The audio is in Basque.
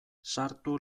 sartu